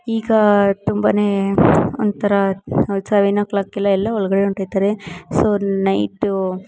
ಈಗ ತುಂಬ ಒಂಥರ ಸವೆನ್ ಓ ಕ್ಲಾಕ್ಗೆಲ್ಲ ಎಲ್ಲ ಒಳಗಡೆ ಹೊಂಟೋಯ್ತರೆ ಸೊ ನೈಟು